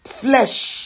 flesh